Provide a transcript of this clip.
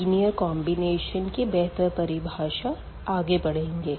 linear combination की बेहतर परिभाषा आगे पढ़ेंगे